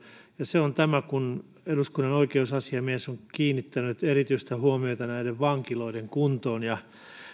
ja se on tämä että eduskunnan oikeusasiamies on kiinnittänyt erityistä huomiota vankiloiden kuntoon tämä vankiloiden huono kunto